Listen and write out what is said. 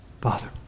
Father